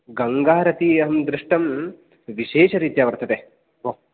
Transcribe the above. गङ्गारति अहं दृष्टं विशेषरीत्या वर्तते भो